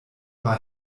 war